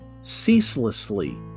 ceaselessly